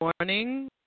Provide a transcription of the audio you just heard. morning